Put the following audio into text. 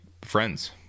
friends